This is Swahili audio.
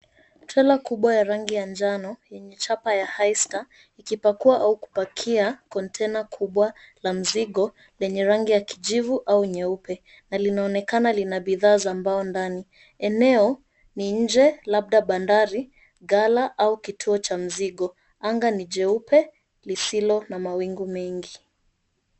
Trela kubwa ya rangi ya njano yenye chapa ya high star ikipakua au kupakia konteina kubwa la mzigo lenye rangi ya kijivu au nyeupe na linaonekana lina bidhaa za mbao ndani. Eneo ni nje, labda bandari, gala au kituo cha mzigo. Anga ni jeupe lisilo na mawingu mengi.